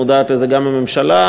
מודעת לזה גם הממשלה,